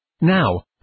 Now